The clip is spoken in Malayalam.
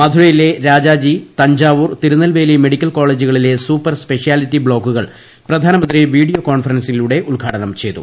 മധുരയിലെ രാജാജി തഞ്ചാവൂർ തിരുനെൽവേലി മെഡിക്കൽ കോളേജുകളിലെ സൂപ്പർ സ്പെഷ്യാലിറ്റി ബ്ലോക്കുകൾ പ്രധാനമന്ത്രി വീഡിയോ കോൺഫറൻസിലൂടെ ഉദ്ഘാടനം ചെയ്തു